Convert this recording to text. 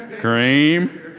cream